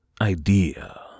idea